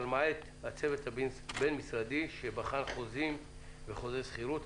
למעט הצוות הבין-משרדי שבחן חוזים וחוזי שכירות.